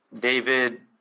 David